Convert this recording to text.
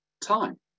time